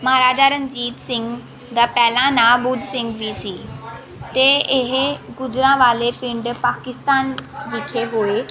ਮਹਾਰਾਜਾ ਰਣਜੀਤ ਸਿੰਘ ਦਾ ਪਹਿਲਾ ਨਾਂ ਬੁੱਧ ਸਿੰਘ ਵੀ ਸੀ ਅਤੇ ਇਹ ਗੁੱਜਰਾਂ ਵਾਲੇ ਪਿੰਡ ਪਾਕਿਸਤਾਨ ਵਿਖੇ ਹੋਏ